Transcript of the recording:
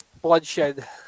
Bloodshed